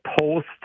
post